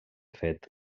fet